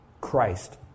Christ